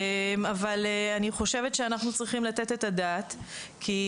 אבל אני חושבת שאנחנו צריכים לתת את הדעת, כי